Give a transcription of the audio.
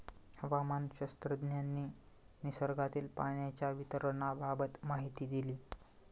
हवामानशास्त्रज्ञांनी निसर्गातील पाण्याच्या वितरणाबाबत माहिती दिली